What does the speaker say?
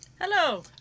Hello